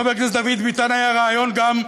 לחבר הכנסת דוד ביטן היה רעיון גם,